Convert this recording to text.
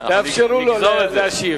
תאפשרו לו להשיב.